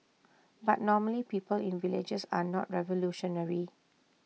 but normally people in villages are not revolutionary